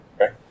Okay